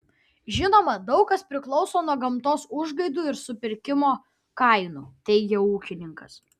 žinoma daug kas priklauso nuo gamtos užgaidų ir supirkimo kainų teigė ūkininkas